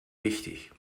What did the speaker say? wichtig